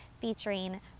featuring